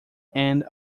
end